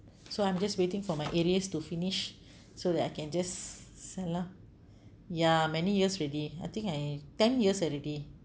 so I'm just waiting for my arrears to finish so that I can just sell lah ya many years already I think I ten years already